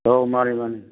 ꯑꯧ ꯃꯥꯟꯅꯤ ꯃꯥꯟꯅꯤ